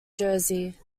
jersey